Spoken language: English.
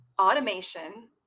automation